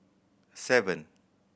seven